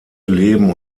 leben